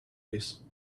this